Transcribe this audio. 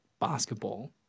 basketball